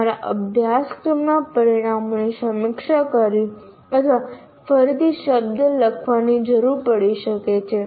તમારા અભ્યાસક્રમના પરિણામોની સમીક્ષા કરવી અથવા ફરીથી શબ્દ લખવાની જરૂર પડી શકે છે